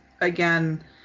again